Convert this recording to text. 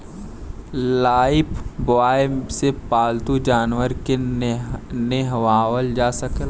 Lifebuoy से पाल्तू जानवर के नेहावल जा सकेला